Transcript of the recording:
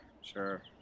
sure